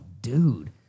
dude